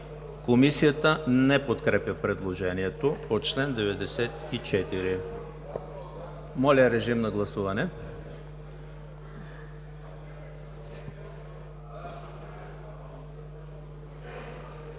Комисията не подкрепя предложението по чл. 94. Моля, режим на гласуване.